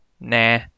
nah